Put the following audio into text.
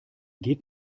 geht